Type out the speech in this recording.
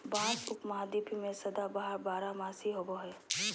बाँस उपमहाद्वीप में सदाबहार बारहमासी होबो हइ